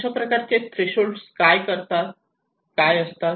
अशा प्रकारचे थ्रेशोल्ड काय असतात